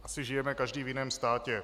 Asi žijeme každý v jiném státě.